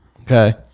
Okay